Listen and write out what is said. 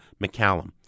McCallum